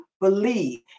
believe